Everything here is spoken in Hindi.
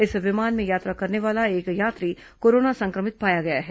इस विमान में यात्रा करने वाला एक यात्री कोरोना सं क्र मित पाया गया है